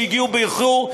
שהגיעו באיחור,